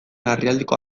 larrialdiko